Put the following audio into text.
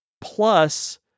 plus